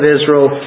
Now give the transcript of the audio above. Israel